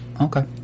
okay